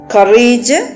Courage